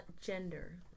gender